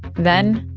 then,